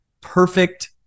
perfect